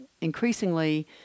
increasingly